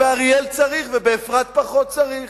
הפריעו לי.